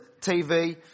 TV